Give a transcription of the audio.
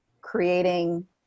creating